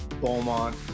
Beaumont